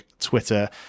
Twitter